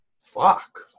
Fuck